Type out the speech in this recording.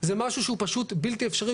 זה משהו שהוא פשוט בלתי אפשרי,